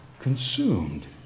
consumed